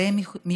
הרי הם מיוחדים.